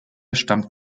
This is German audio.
stammt